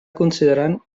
considerant